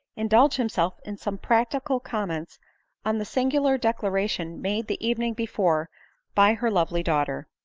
indulge himself in some practical comments on the singular declaration made the evening before by her lovely daughter.